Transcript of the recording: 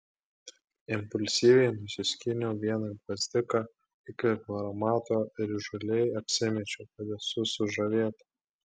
impulsyviai nusiskyniau vieną gvazdiką įkvėpiau aromato ir įžūliai apsimečiau kad esu sužavėta